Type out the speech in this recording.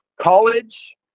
College